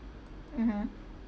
(uh huh)